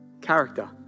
Character